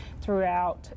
throughout